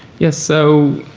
yes, so